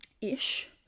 ish